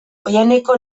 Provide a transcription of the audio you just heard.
oihaneko